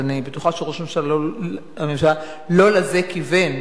אז אני בטוחה שראש הממשלה לא לזה כיוון,